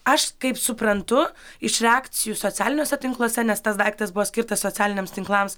aš kaip suprantu iš reakcijų socialiniuose tinkluose nes tas daiktas buvo skirtas socialiniams tinklams